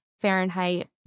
Fahrenheit